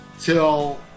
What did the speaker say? till